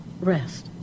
rest